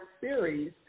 series